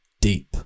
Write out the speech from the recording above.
deep